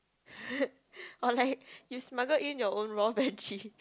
or like you smuggle in your own raw veggie